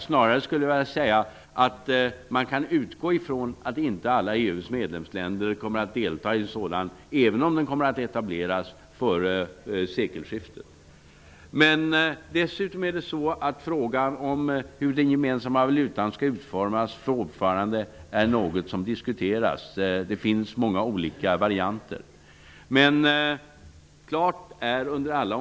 Snarare vill jag säga att man kan utgå från att inte alla EU:s medlemsländer kommer att delta, även om unionen kommer att etableras före sekelskiftet. Man diskuterar fortfarande hur den gemensamma valutan skall utformas. Många varianter finns.